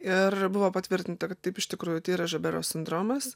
ir buvo patvirtinta kad taip iš tikrųjų tai yra žiobero sindromas